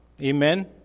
Amen